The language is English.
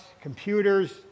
computers